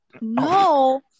no